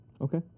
Okay